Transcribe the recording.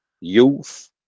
youth